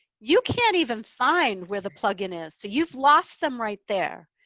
you can't even find where the plugin is. so you've lost them right there.